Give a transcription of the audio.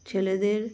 ছেলেদের